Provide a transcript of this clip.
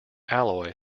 alloy